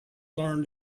learned